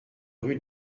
rue